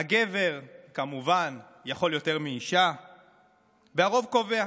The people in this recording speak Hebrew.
הגבר, כמובן, יכול יותר מאישה והרוב קובע.